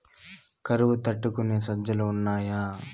కరువు తట్టుకునే సజ్జలు ఉన్నాయా